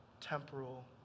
temporal